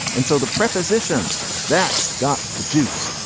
and so the preposition that's got the juice.